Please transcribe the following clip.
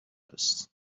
است